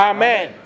Amen